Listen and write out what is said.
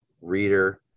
reader